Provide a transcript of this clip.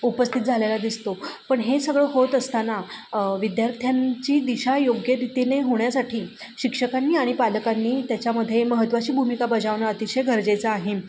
उपस्थित झालेला दिसतो पण हे सगळं होत असताना विद्यार्थ्यांची दिशा योग्य रितीने होण्यासाठी शिक्षकांनी आणि पालकांनी त्याच्यामध्ये महत्त्वाची भूमिका बजावणं अतिशय गरजेचं आहे